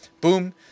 Boom